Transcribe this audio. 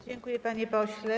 Dziękuję, panie pośle.